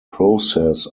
process